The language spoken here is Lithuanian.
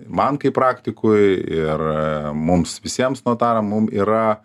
man kaip praktikui ir ee mums visiems notaram mum yra